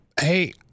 hey